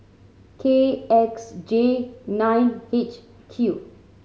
K X J nine H Q